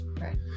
Right